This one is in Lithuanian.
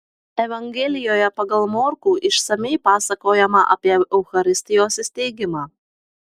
evangelijoje pagal morkų išsamiai pasakojama apie eucharistijos įsteigimą